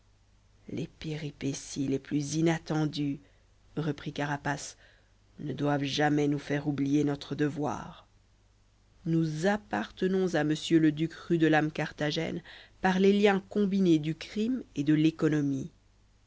les péripéties les plus inattendues reprit carapace ne doivent jamais nous faire oublier notre devoir nous appartenons à m le duc rudelame carthagène par les liens combinés du crime et de l'économie